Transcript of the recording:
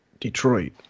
Detroit